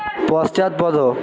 পশ্চাৎপদ